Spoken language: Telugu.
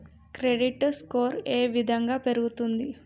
క్రెడిట్ స్కోర్ ఏ విధంగా పెరుగుతుంది?